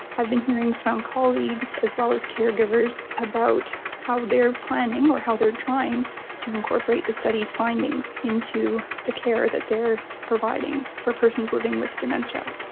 i've been hearing from colleagues as well as caregivers about how they are planning or how they are trying to incorporate the study's findings into the care that they are providing for persons living with dementia.